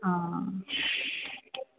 ਹਾਂ